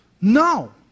No